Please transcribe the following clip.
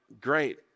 Great